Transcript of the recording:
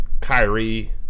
Kyrie